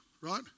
right